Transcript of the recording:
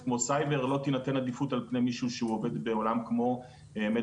בעולם כמו medical device שבו יותר קשה לגייס.